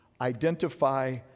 identify